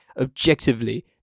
Objectively